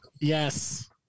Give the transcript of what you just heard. Yes